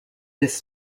this